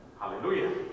Hallelujah